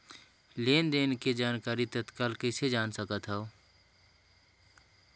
लेन देन के जानकारी तत्काल कइसे जान सकथव?